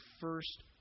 first